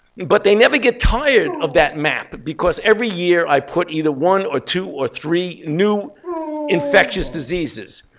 but they never get tired of that map, because every year i put either one, or two, or three new infectious diseases.